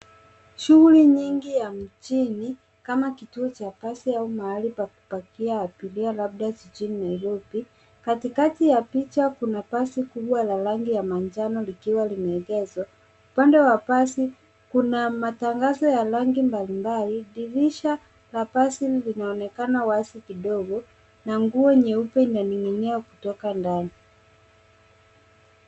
Shughuli nyingi ya mjini kama kituo cha basi au mahali pa kupakia abiria labda jijini Nairobi. Katikati ya picha kuna basi kubwa la rangi ya manjano likiwa limeegezwa. Upande wa basi kuna matangazo ya rangi mbalimbali dirisha la basi linaonekana wazi kidogo na nguo nyeupe inaning'inia kutoka ndani.